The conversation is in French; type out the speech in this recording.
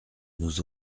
nous